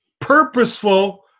purposeful